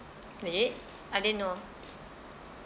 is it I didn't know